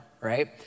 Right